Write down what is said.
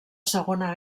segona